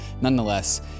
nonetheless